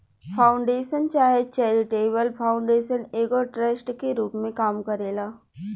foundation चाहे charitable foundation एगो trust के रूप में काम करेला